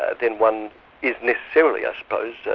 then one is necessarily, i suppose,